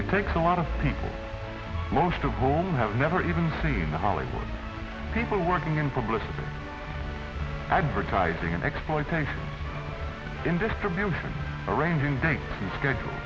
it takes a lot of people most of whom have never even seen the hollywood people working in published advertising and exploitation in distribution arranging day schedule